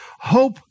Hope